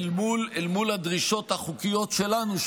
אל מול הדרישות החוקיות שלנו,